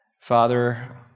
Father